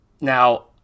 now